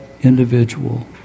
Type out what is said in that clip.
individual